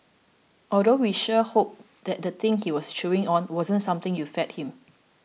although we sure hope that thing he was chewing on wasn't something you fed him